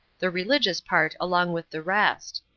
the religious part along with the rest.